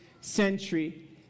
century